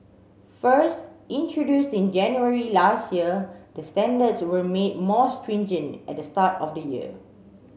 first introduced in January last year the standards were made more stringent at the start of the year